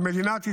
על מדינת ישראל.